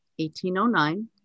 1809